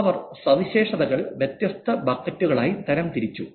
അവൾ സവിശേഷതകൾ വ്യത്യസ്ത ബക്കറ്റുകളായി തരംതിരിച്ചു